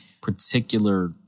particular